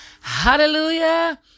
hallelujah